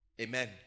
Amen